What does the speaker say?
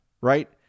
right